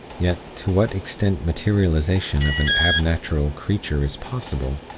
yet, to what extent materialization of an ab-natural creature is possible,